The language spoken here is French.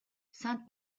sainte